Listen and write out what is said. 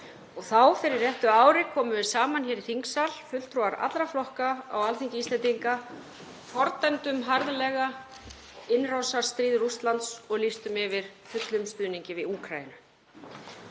Þá fyrir réttu ári komum við saman hér í þingsal, fulltrúar allra flokka á Alþingi Íslendinga, fordæmdum harðlega innrásarstríð Rússlands og lýstum yfir fullum stuðningi við Úkraínu.